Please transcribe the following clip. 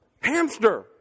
hamster